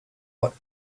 but